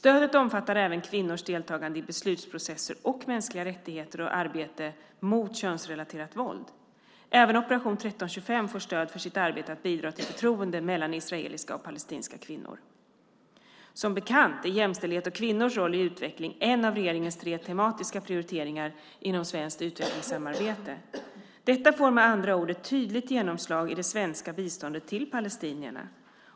Stödet omfattar även kvinnors deltagande i beslutsprocesser och mänskliga rättigheter och arbete mot könsrelaterat våld. Även Operation 1325 får stöd för sitt arbete att bidra till förtroende mellan israeliska och palestinska kvinnor. Som bekant är jämställdhet och kvinnors roll i utvecklingen en av regeringens tre tematiska prioriteringar inom svenskt utvecklingssamarbete. Detta får med andra ord ett tydligt genomslag i det svenska biståndet till palestinierna.